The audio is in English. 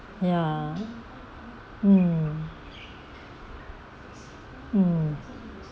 ya mm mm